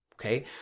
okay